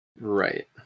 Right